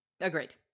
agreed